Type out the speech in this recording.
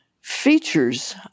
features